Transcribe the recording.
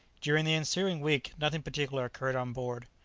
during the ensuing week nothing particular occurred on board.